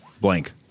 Blank